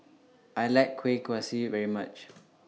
I like Kueh Kaswi very much